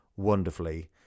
wonderfully